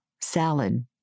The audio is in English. salad